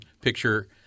picture